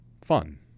fun